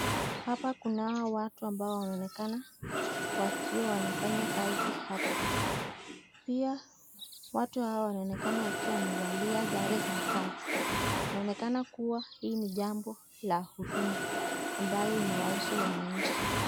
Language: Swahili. Hapa kunao watu ambao wanaonekana wakiwa wanafanya kazi hapa. Pia watu hawa wanaonekana wakiwa wanavalia sare za kazi. Linaonekana kuwa hili ni jambo la hudma ambayo inawahusu wananchi.